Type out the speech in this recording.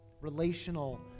relational